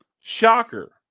Shocker